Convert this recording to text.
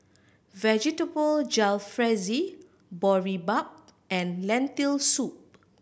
Vegetable Jalfrezi Boribap and Lentil Soup